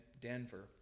Denver